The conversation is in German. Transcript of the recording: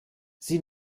sie